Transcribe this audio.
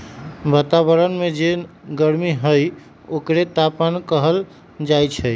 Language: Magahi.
वतावरन में जे गरमी हई ओकरे तापमान कहल जाई छई